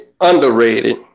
underrated